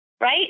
right